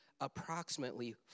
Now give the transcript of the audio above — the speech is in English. approximately